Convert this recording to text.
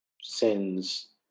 sends